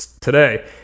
today